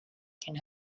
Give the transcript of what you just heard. can